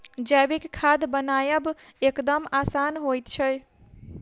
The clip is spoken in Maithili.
जैविक खाद बनायब एकदम आसान होइत छै